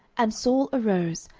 and saul arose,